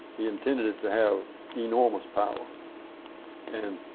he intended it to have enormous power and